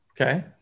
Okay